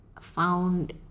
found